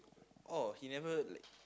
orh he never like